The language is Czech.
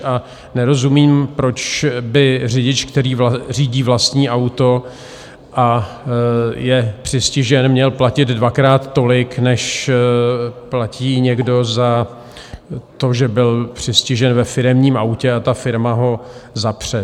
A nerozumím, proč by řidič, který řídí vlastní auto a je přistižen, měl platit dvakrát tolik, než platí někdo za to, že byl přistižen ve firemním autě a ta firma ho zapře.